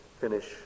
finish